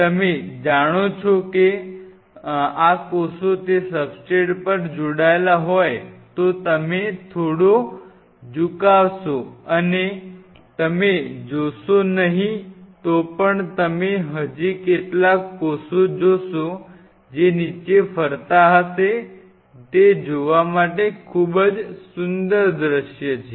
તમે જાણો છો જો આ કોષો તે સબસ્ટ્રેટ પર જોડાયેલા હોય તો તમે થોડો ઝુકાવશો અને તમે જોશો નહીં તો પણ તમે હજી કેટલાક કોષો જોશો જે નીચે ફરતા હશે તે જોવા માટે ખૂબ જ સુંદર દૃશ્ય છે